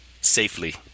safely